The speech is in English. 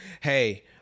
hey